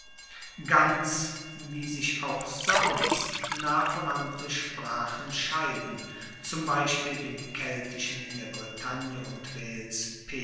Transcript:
ganz wie sich auch sonst nahverwandte sprachen scheiden zum beispiel dem keltischen in der bretagne und wales